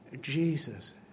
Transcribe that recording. Jesus